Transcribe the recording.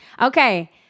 Okay